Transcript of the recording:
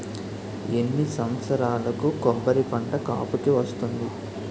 ఎన్ని సంవత్సరాలకు కొబ్బరి పంట కాపుకి వస్తుంది?